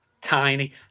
tiny